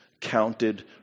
counted